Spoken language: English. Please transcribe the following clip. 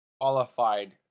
qualified